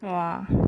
!wah!